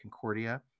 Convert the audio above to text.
Concordia